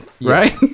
right